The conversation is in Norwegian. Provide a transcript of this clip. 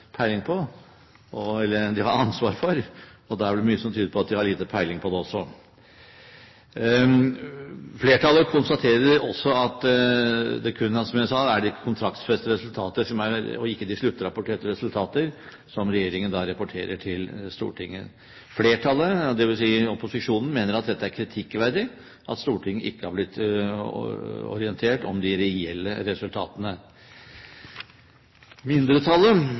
ansvar for, og da er det vel mye som tyder på at de har lite peiling på det også. Flertallet konstaterer også at det kun er, som jeg sa, de kontraktsfestede resultater og ikke de sluttrapporterte resultater regjeringen rapporterer til Stortinget. Flertallet, det vil si opposisjonen, mener at det er kritikkverdig at Stortinget ikke har blitt orientert om de reelle resultatene. Mindretallet,